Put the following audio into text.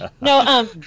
No